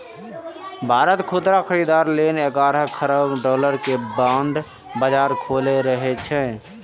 भारत खुदरा खरीदार लेल ग्यारह खरब डॉलर के बांड बाजार खोलि रहल छै